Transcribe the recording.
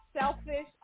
selfish